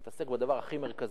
אני מתעסק בדבר הכי מרכזי.